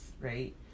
right